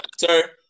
Sir